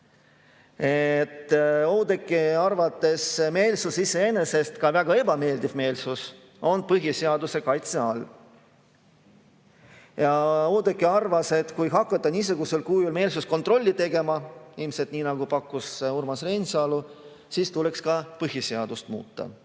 Oudekki arvates meelsus iseenesest, ka väga ebameeldiv meelsus, on põhiseaduse kaitse all. Ja Oudekki arvas, et kui hakata niisugusel kujul meelsuskontrolli tegema, ilmselt nii, nagu pakkus Urmas Reinsalu, siis tuleks ka põhiseadust muuta.